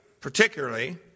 particularly